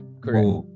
Correct